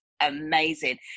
amazing